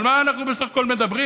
על מה אנחנו בסך הכול מדברים?